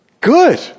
good